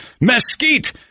mesquite